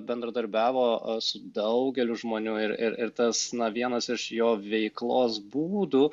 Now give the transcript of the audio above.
bendradarbiavo su daugeliu žmonių ir ir ir tas na vienas iš jo veiklos būdų